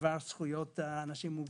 בדבר זכויות אנשים עם מוגבלות.